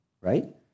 right